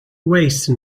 waste